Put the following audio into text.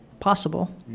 possible